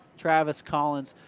travis collins,